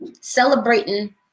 celebrating